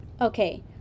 Okay